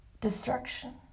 destruction